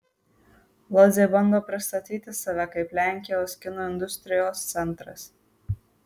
lodzė bando pristatyti save kaip lenkijos kino industrijos centras